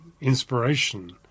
inspiration